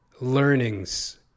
learnings